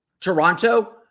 Toronto